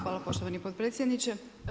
Hvala poštovani potpredsjedniče.